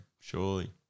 surely